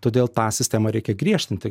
todėl tą sistemą reikia griežtinti